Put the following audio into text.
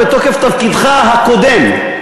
בתוקף תפקידך הקודם,